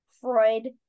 Freud